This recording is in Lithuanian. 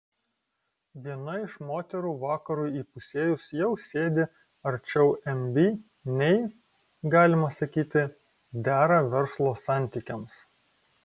viena iš moterų vakarui įpusėjus jau sėdi arčiau mb nei galima sakyti dera verslo santykiams